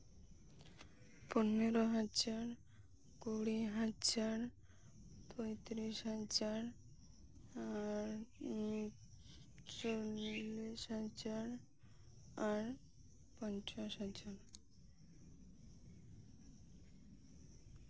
ᱯᱚᱱᱮᱨᱚ ᱦᱟᱡᱟᱨ ᱠᱩᱲᱤ ᱦᱟᱡᱟᱨ ᱯᱚᱸᱭᱛᱨᱤᱥ ᱦᱟᱡᱟᱨ ᱟᱨ ᱪᱚᱞᱞᱤᱥ ᱦᱟᱡᱟᱨ ᱟᱨ ᱯᱚᱧᱪᱟᱥ ᱦᱟᱡᱟᱨ